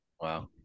Wow